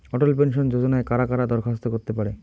অটল pension যোজনায় কারা কারা দরখাস্ত করতে পারে?